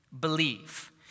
believe